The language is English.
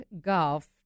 golf